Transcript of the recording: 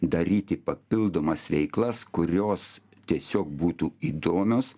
daryti papildomas veiklas kurios tiesiog būtų įdomios